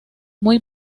muy